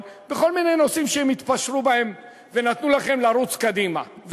בכל מיני נושאים שהם התפשרו בהם ונתנו לכם לרוץ קדימה,